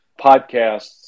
podcasts